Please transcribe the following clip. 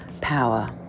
power